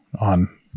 on